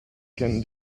can